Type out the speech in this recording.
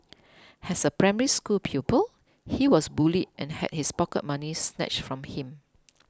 has a Primary School pupil he was bullied and had his pocket money snatched from him